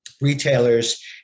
retailers